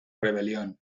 rebelión